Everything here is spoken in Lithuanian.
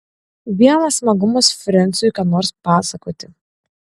vienas smagumas frensiui ką nors pasakoti